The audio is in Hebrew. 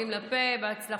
בהצלחה,